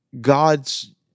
God's